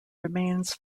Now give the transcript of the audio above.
remains